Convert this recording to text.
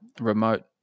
remote